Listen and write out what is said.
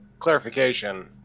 clarification